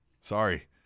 Sorry